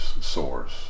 source